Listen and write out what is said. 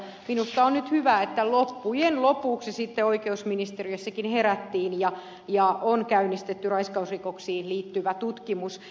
minusta on hyvä että nyt loppujen lopuksi oikeusministeriössäkin herättiin ja on käynnistetty raiskausrikoksiin liittyvä tutkimus